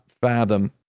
fathom